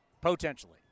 potentially